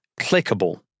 clickable